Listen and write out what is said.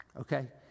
okay